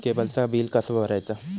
केबलचा बिल कसा भरायचा?